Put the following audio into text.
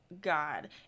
God